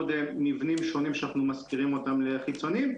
עוד מבנים שונים שאנחנו משכירים אותם לחיצוניים,